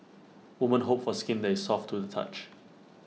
woman hope for skin that is soft to the touch